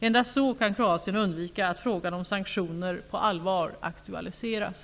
Endast så kan Kroatien undvika att frågan om sanktioner på allvar aktualiseras.